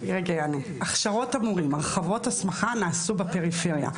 הכשרות המורים, הרחבות ההסמכה, נעשו בפריפריה.